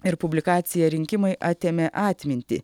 ir publikacija rinkimai atėmė atmintį